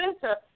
center